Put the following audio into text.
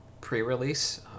pre-release